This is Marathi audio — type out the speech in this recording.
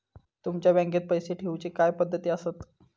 तुमच्या बँकेत पैसे ठेऊचे काय पद्धती आसत?